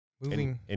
Moving